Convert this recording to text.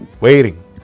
waiting